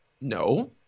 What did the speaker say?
no